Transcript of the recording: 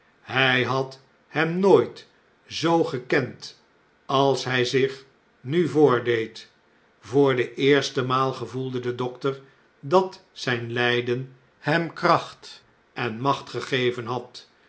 hjj had hem nooit zoo gekend als hy zich nu voordeed voor de eerste maal gevoelde de dokter dat zjjn ljjden hem kracht en macht gegeven had